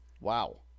Wow